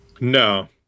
no